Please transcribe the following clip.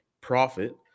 profit